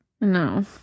No